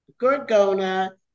gorgona